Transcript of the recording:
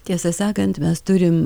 tiesą sakant mes turim